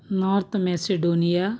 north Macedonia